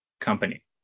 company